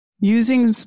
using